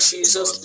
Jesus